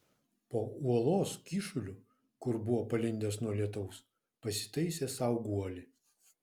po uolos kyšuliu kur buvo palindęs nuo lietaus pasitaisė sau guolį